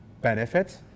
benefits